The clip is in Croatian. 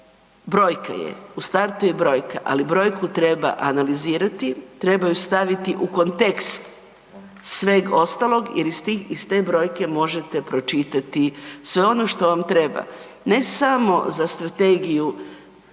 brojka je, u startu je brojka, ali brojku treba analizirati, treba ju staviti u kontekst sveg ostalog jer iz stih brojke možete pročitati sve ono što vam treba. Ne samo za strategiju